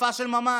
הוספה של ממ"ד.